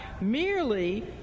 merely